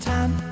Time